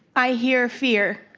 i hear fear.